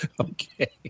Okay